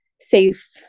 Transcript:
safe